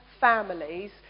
families